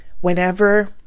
whenever